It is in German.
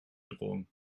drohung